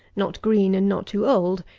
not green and not too old,